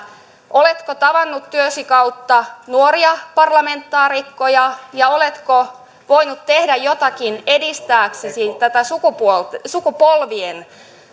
oletko tavannut työsi kautta nuoria parlamentaarikkoja ja oletko voinut tehdä jotakin edistääksesi tätä sukupolvien